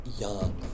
young